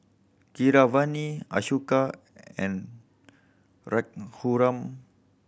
Keeravani Ashoka and Raghuram